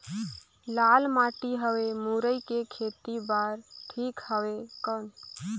लाल माटी हवे मुरई के खेती बार ठीक हवे कौन?